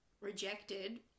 rejected